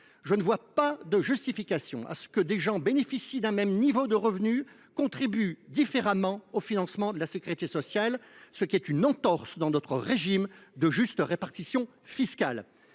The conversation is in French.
Je ne vois pas de justification au fait que des gens bénéficiant d’un même niveau de revenu contribuent différemment au financement de la sécurité sociale. Il s’agit du reste d’une entorse à l’exigence de juste répartition fiscale.